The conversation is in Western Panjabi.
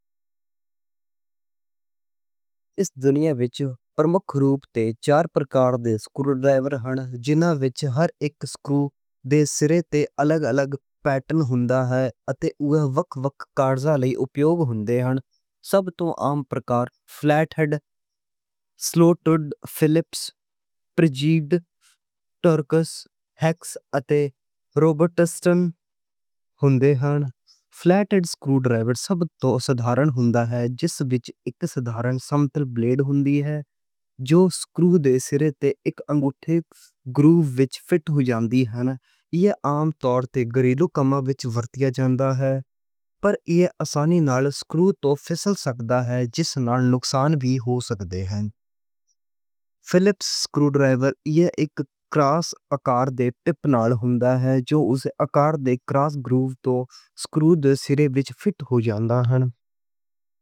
اِس دُنیا وِچ وکھ وکھ پرکار دے سکرو ڈرائیور ہن، جِنہاں وِچ ہر اِک سکرو دے سِرے تے الگ الگ پیٹن ہوندا ہے۔ اتے اوہ وکھ وکھ کارجا لئی اُپیوگ ہوندے ہن۔ سب توں عام پرکار فلیٹ ہیڈ، سلوٹڈ، فلپس، پوزی ڈرائیو، ٹارکس، ہیکس اتے رابرٹسن ہوندے ہن۔ فلیٹ ہیڈ سکرو ڈرائیور سب توں سادھارن ہوندا ہے، جِس وِچ اِک سادھارن سمتل بلیڈ ہوندی ہے، جو سکرو دے سِرے دے اِک سیدھے گرو وِچ فِٹ ہو جاندی ہے، ایہہ عام طَور تے گریلو کما وِچ ورتیا جاندا ہے۔ پر ایہہ آسانی نال سکرو توں فِسل سکدا ہے، جِس نال نُقصان وی ہو سکدے ہن۔ فلپس سکرو ڈرائیور اِک کراس اکار دے ٹِپ نال ہوندا ہے، جو اُس اکار دے کراس گرو توں سکرو دے سِرے وِچ فِٹ ہو جاندی ہے۔